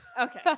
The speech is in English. Okay